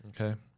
Okay